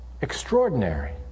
extraordinary